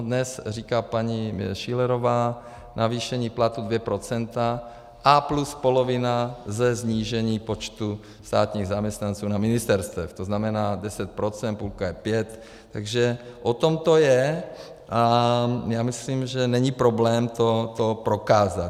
Dnes říká paní Schillerová navýšení platů 2 procenta a plus polovina ze snížení počtu státních zaměstnanců na ministerstvech, to znamená 10 procent, půlka je pět, takže o tom to je a já myslím, že není problém to prokázat.